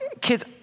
kids